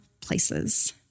places